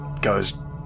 goes